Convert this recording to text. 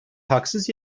haksız